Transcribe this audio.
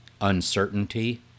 uncertainty